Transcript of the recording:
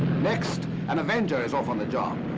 next, an avenger is off on the job.